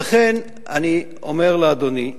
ולכן אני אומר לאדוני,